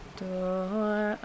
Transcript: door